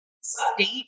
state